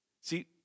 See